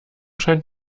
scheint